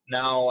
now